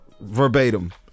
verbatim